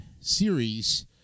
series